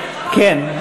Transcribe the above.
כן.